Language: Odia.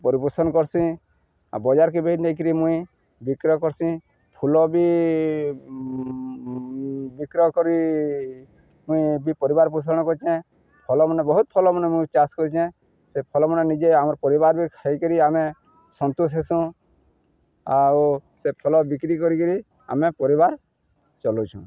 ପରିପୋଷଣ କର୍ସି ଆଉ ବଜାରକେ ବି ନେଇକିରି ମୁଇଁ ବିକ୍ରୟ କର୍ସି ଫୁଲ ବି ବିକ୍ରୟ କରି ମୁଇଁ ବି ପରିବାର ପୋଷଣ କରିଚେଁ ଫଲ ମନେ ବହୁତ ଫଲ ମେ ମୁଇଁ ଚାଷ କରିଚେଁ ସେ ଫଲ ମନେ ନିଜେ ଆମର ପରିବାର ବି ହେଇକିରି ଆମେ ସନ୍ତୋଷ ହେସୁଁ ଆଉ ସେ ଫଲ ବିକ୍ରି କରିକିରି ଆମେ ପରିବାର ଚଲଉଛୁଁ